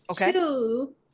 okay